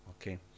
Okay